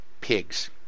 pigs